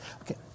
Okay